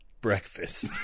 Breakfast